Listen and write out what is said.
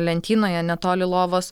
lentynoje netoli lovos